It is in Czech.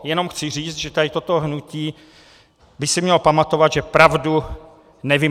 Jenom chci říct, že tady toto hnutí by si mělo pamatovat, že pravdu nevymažete.